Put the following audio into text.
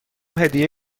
هدیه